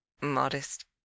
modest